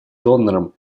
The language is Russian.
донором